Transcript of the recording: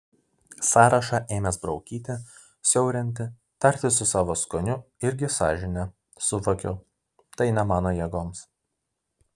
sąrašą ėmęs braukyti siaurinti tartis su savo skoniu irgi sąžine suvokiau tai ne mano jėgoms